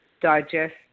digest